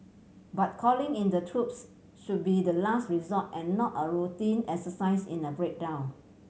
but calling in the troops should be the last resort and not a routine exercise in a breakdown